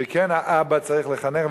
שכן האבא צריך לחנך,